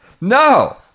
No